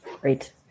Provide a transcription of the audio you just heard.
Great